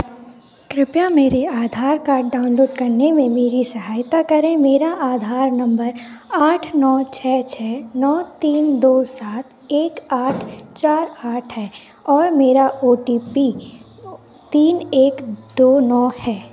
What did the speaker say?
कृपया मेरा Aadhaar card download करने में मेरी सहायता करें मेरा आधार नंबर आठ नौ छः छः नौ तीन दो सात एक आठ चार आठ है और मेरा ओ टी पी ओ तीन एक दो नौ है